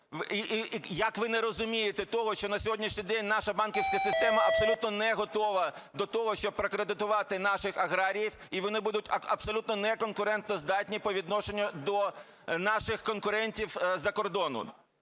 як ви не розумієте того, що на сьогоднішній день наша банківська система абсолютно не готова до того, щоб прокредитувати наших аграріїв? І вони будуть абсолютно неконкурентоздатні по відношенню до наших конкурентів з-за кордону.